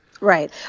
Right